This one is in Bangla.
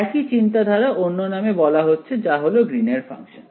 একই চিন্তা ধারা অন্য নামে বলা হচ্ছে যা হলো গ্রীন এর ফাংশন